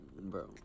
Bro